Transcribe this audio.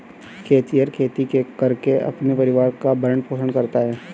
खेतिहर खेती करके अपने परिवार का भरण पोषण करता है